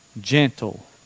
gentle